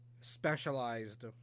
specialized